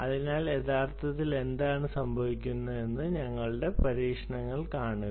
അതിനാൽ യഥാർത്ഥത്തിൽ എന്താണ് സംഭവിക്കുകയെന്ന് ഞങ്ങളുടെ പരീക്ഷണങ്ങൾ കാണുക